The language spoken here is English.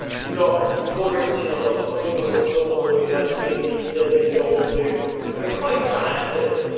you've got four inches on hollywood tall boys like liam neeson and goldblum. i mean height, for actors,